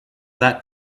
that